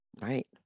Right